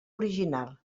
original